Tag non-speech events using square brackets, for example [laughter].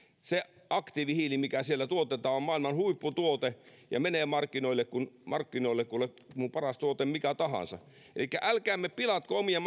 aktiivihiili mitä siellä tuotetaan on maailman huipputuote ja menee markkinoille kuin markkinoille niin kuin mikä tahansa paras tuote älkäämme pilatko omia [unintelligible]